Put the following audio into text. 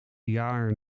jaar